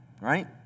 right